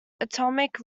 atomic